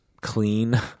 clean